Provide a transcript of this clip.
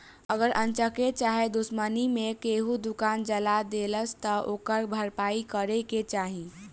अगर अन्चक्के चाहे दुश्मनी मे केहू दुकान जला देलस त ओकर भरपाई के करे के चाही